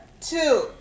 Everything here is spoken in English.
Two